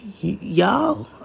y'all